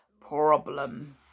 problem